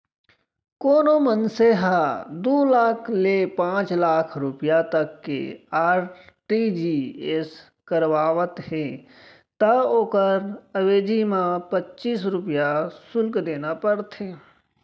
कोनों मनसे ह दू लाख ले पांच लाख रूपिया तक के आर.टी.जी.एस करावत हे त ओकर अवेजी म पच्चीस रूपया सुल्क देना परथे